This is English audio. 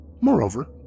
Moreover